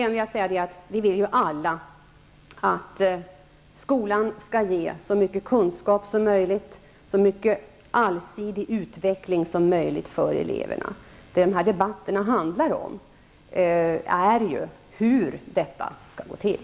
Vi vill ju alla att skolan skall förmedla så mycket kunskap som möjligt och bidra till en så allsidig utveckling för eleverna som möjligt. Det som debatten handlar om är hur detta skall gå till.